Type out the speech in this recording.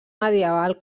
medieval